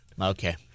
Okay